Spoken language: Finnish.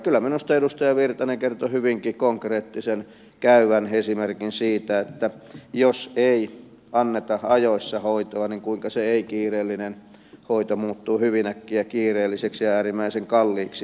kyllä minusta edustaja virtanen kertoi hyvinkin konkreettisen käyvän esimerkin siitä että jos ei anneta ajoissa hoitoa kuinka se ei kiireellinen hoito muuttuu hyvin äkkiä kiireelliseksi ja äärimmäisen kalliiksi hoidoksi